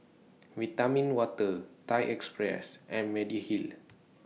Vitamin Water Thai Express and Mediheal